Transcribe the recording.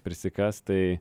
prisikast tai